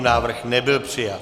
Návrh nebyl přijat.